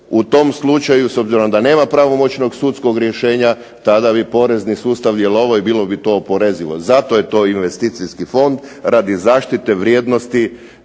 u tom slučaju obzirom da nema pravomoćnog sudskog rješenja tada bi porezni sustav djelovao i bilo bi to oporezivo, zato je to investicijski fond radi zaštite vrijednosti